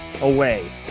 away